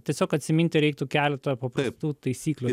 tiesiog atsiminti reiktų keletą paprastų taisyklių